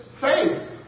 faith